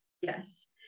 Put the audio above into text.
yes